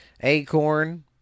Acorn